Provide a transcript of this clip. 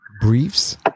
briefs